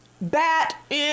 bat